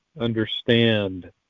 understand